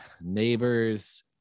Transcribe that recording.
neighbors